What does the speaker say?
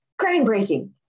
groundbreaking